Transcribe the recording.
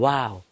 Wow